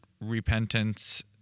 repentance